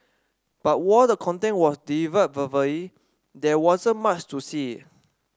but while the content was delivered verbally there wasn't much to see